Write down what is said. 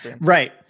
right